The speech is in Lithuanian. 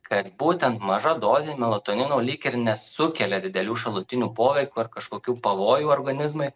kad būtent maža dozė melatonino lyg ir nesukelia didelių šalutinių poveikių ar kažkokių pavojų organizmui